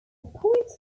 points